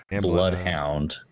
bloodhound